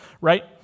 right